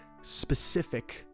specific